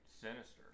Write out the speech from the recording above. Sinister